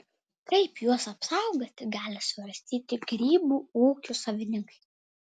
kaip juos apsaugoti gali svarstyti grybų ūkių savininkai